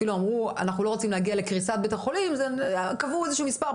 אפילו אמרו 'אנחנו לא רוצים להגיע לקריסת בית החולים' קבעו איזשהו מספר.